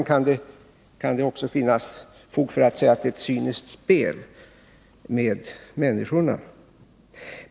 I vissa avseenden kan det också finnas fog för att säga att Nr 66 det är ett cyniskt spel med människorna.